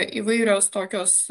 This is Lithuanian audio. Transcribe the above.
įvairios tokios